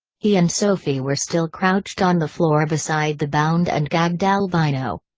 he and sophie were still crouched on the floor beside the bound and gagged albino.